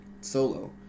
Solo